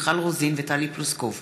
מיכל רוזין וטלי פלוסקוב